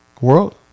World